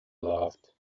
laughed